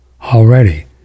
already